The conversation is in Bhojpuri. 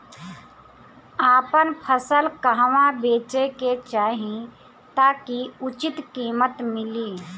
आपन फसल कहवा बेंचे के चाहीं ताकि उचित कीमत मिली?